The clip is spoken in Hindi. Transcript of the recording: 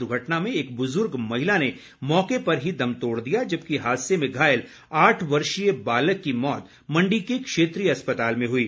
दुर्घटना में एक बुजुर्ग महिला ने मौके पर ही दम तोड़ दिया जबकि हादसे में घायल आठ वर्षीय बालक की मौत मंडी के क्षेत्रीय अस्पताल में हुई